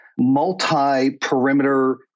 multi-perimeter